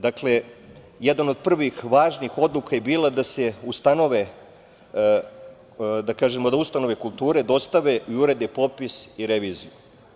Dakle, jedan od prvih važnih odluka je bila da se ustanove, da kažemo da ustanove kulture dostave i urade popis i reviziju.